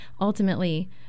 ultimately